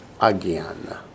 again